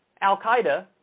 al-Qaeda